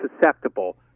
susceptible